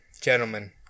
gentlemen